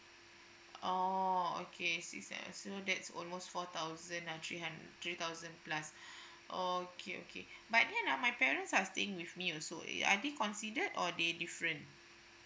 oh okay six that so that's almost four thousand and three hun~ three thousand plus okay okay but my parents are staying with me also are they considered or they different